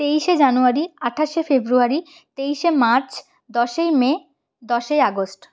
তেইশে জানুয়ারি আঠাশে ফেব্রুয়ারি তেইশে মার্চ দশই মে দশই আগস্ট